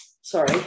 sorry